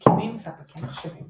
הסכמים עם ספקי מחשבים